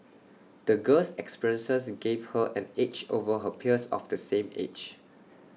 the girl's experiences gave her an edge over her peers of the same age